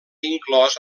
inclòs